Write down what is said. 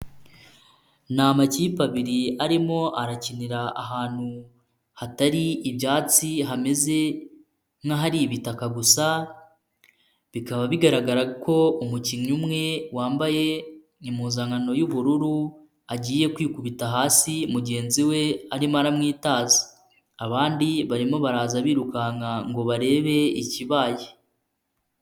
Ni amakipe abiri arimo arakinira ahantu hatari ibyatsi hameze nk'ahari ibitaka gusa, bikaba bigaragara ko umukinnyi umwe wambaye impuzankano y'ubururu agiye kwikubita hasi mugenzi we arimo aramwitaza, abandi barimo baraza birukanka ngo barebe ikibaye.